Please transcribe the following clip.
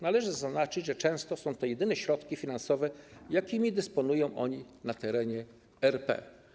Należy zaznaczyć, że często są to jedyne środki finansowe, jakimi dysponują oni na terenie RP.